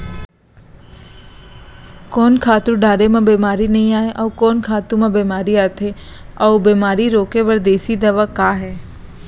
कोन खातू डारे म बेमारी नई आये, अऊ कोन खातू म बेमारी आथे अऊ बेमारी रोके बर देसी दवा का हे?